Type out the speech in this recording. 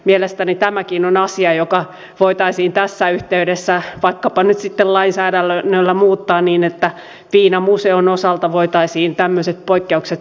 mielestäni tämäkin on asia joka voitaisiin tässä yhteydessä vaikkapa nyt lainsäädännöllä muuttaa niin että viinamuseon osalta voitaisiin tämmöiset poikkeukset sallia